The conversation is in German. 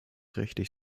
richtig